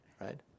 right